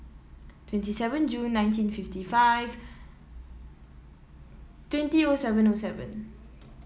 twenty seven Jun nineteen fifty five twenty O seven O seven